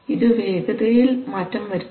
ഇത് വേഗതയിൽ മാറ്റം വരുത്തും